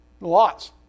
Lots